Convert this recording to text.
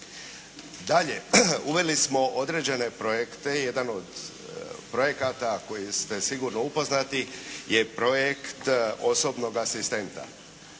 Dalje, uveli smo određene projekte, jedan od projekata koji ste sigurno upoznati, je projekt osobnog asistenta.